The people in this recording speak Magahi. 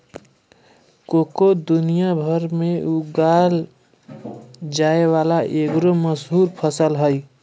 कोको दुनिया भर में उगाल जाय वला एगो मशहूर फसल हइ